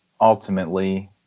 ultimately